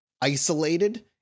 isolated